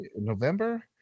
November